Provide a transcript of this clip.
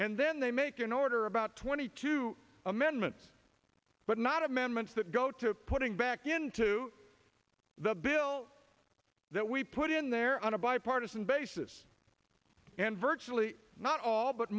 and then they make an order about twenty two amendments but not amendments that go to putting back into the bill that we put in there on a bipartisan basis and virtually not all but